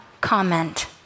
comment